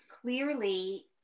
clearly